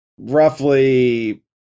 roughly